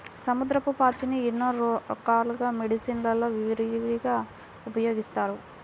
సముద్రపు పాచిని ఎన్నో రకాల మెడిసిన్ లలో విరివిగా ఉపయోగిస్తారు